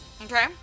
Okay